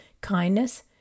kindness